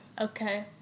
Okay